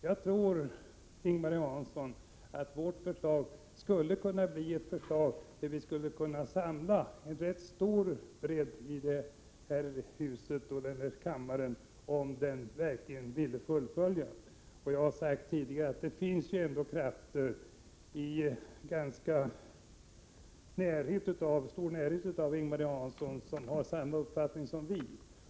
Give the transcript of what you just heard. Jag tror, Ing-Marie Hansson, att vårt förslag skulle kunna samla en rätt stor uppslutning i denna kammare om man verkligen ville fullfölja det vi föreslår. Det finns ju, som jag tidigare har sagt, ändå krafter i ganska stor närhet till Ing-Marie Hansson som har samma uppfattning som vi.